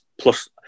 Plus